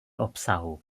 obsahu